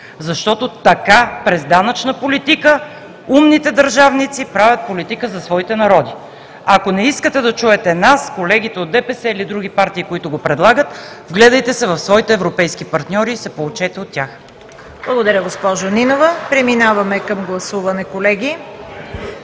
защото така през данъчна политика умните държавници правят политика за своите народи. Ако не искате да чуете нас, колегите от ДПС, или други партии, които го предлагат, вгледайте се в своите европейски партньори и се поучете от тях. (Ръкопляскания от „БСП за България“.)